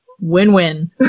win-win